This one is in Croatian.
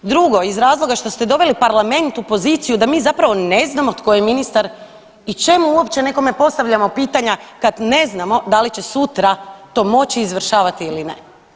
Drugo iz razloga što ste doveli Parlament u poziciju da mi zapravo ne znamo tko je ministar i čemu uopće nekome postavljamo pitanja kad ne znamo da li će sutra to moći izvršavati ili ne.